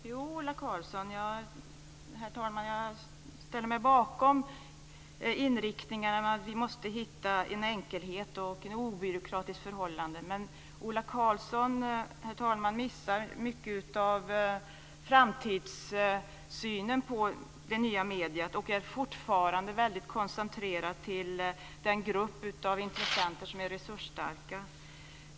Herr talman! Jo, Ola Karlsson, jag ställer mig bakom inriktningen att vi måste hitta en enkelhet och ett obyråkratiskt förhållande. Men Ola Karlsson missar mycket av framtidssynen på det nya mediet och är fortfarande väldigt koncentrerad på den grupp av intressenter som är resursstark.